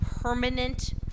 permanent